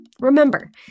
remember